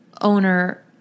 owner